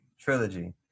Trilogy